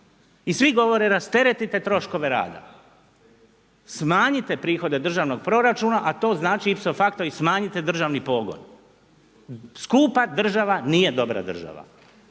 I svi govore rasteretite troškove rada, smanjite prihode državnog proračuna, a to znači …/Govornik se ne razumije./… i smanjite državni pogon. Skupa država nije dobra država.